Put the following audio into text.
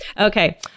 Okay